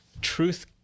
truth